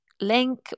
link